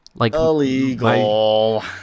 Illegal